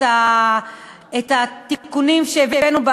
התיקונים שהבאנו.